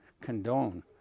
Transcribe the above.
condone